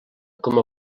com